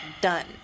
done